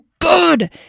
good